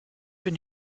bin